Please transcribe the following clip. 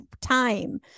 time